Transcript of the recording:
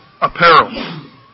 apparel